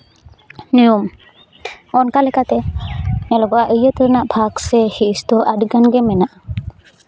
ᱱᱤᱭᱚᱢ ᱚᱱᱠᱟ ᱞᱮᱠᱟᱛᱮ ᱧᱮᱞᱚᱜᱚᱜᱼᱟ ᱟᱹᱭᱟᱹᱛ ᱨᱮᱱᱟᱜ ᱵᱷᱟᱜᱽ ᱥᱮ ᱦᱤᱸᱥ ᱫᱚ ᱟᱹᱰᱤᱜᱟᱱ ᱜᱮ ᱢᱮᱱᱟᱜᱼᱟ